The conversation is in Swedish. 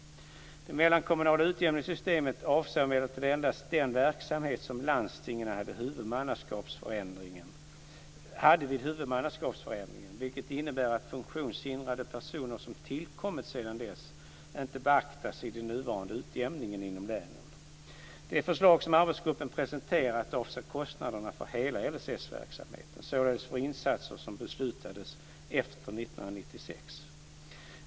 De mellankommunala utjämningssystemen avser emellertid endast den verksamhet som landstingen hade vid huvudmannaskapsförändringen, vilket innebär att funktionshindrade personer som tillkommit sedan dess inte beaktas i den nuvarande utjämningen inom länen. Det förslag som arbetsgruppen presenterat avser kostnaderna för hela LSS verksamheten, således för insatser som beslutats efter år 1996.